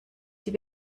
die